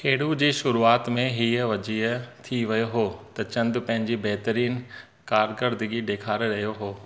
खेॾु जी शुरुआति में हीउ वाज़िह थी वियो हो त चंडु पंहिंजी बहतरीन कारकिरदिगी ॾेखारे रहियो हो